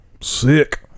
Sick